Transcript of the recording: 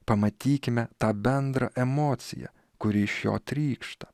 pamatykime tą bendrą emociją kuri iš jo trykšta